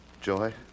Joy